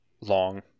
Long